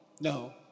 No